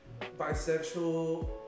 bisexual